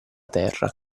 terra